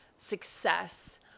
success